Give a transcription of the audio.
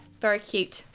very cute.